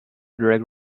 drag